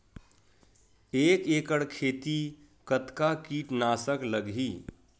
एक एकड़ खेती कतका किट नाशक लगही?